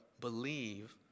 Believe